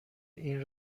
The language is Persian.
این